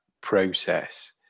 process